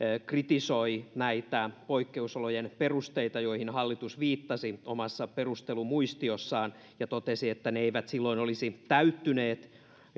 kritisoi näitä poikkeusolojen perusteita joihin hallitus viittasi omassa perustelumuistiossaan ja totesi että ne eivät silloin olisi täyttyneet